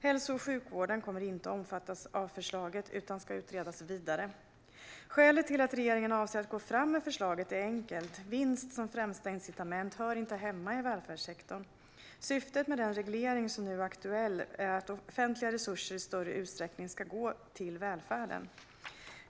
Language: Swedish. Hälso och sjukvården kommer inte att omfattas av förslaget utan ska utredas vidare. Skälet till att regeringen avser att gå fram med förslaget är enkelt: Vinst som främsta incitament hör inte hemma i välfärdssektorn. Syftet med den reglering som nu är aktuell är att offentliga resurser ska gå till välfärden i större utsträckning.